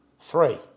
Three